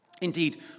Indeed